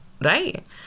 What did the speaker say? right